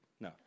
No